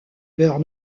beurre